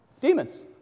Demons